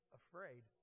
afraid